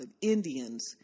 Indians